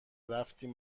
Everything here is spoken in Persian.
رفتیم